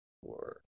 Four